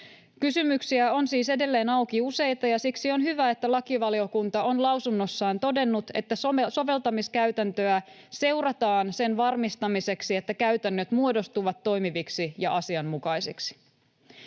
Kysymyksiä on siis edelleen auki useita, ja siksi on hyvä, että lakivaliokunta on lausunnossaan todennut, että soveltamiskäytäntöä seurataan sen varmistamiseksi, että käytännöt muodostuvat toimiviksi ja asianmukaisiksi.